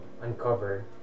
uncover